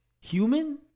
human